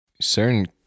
certain